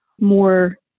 more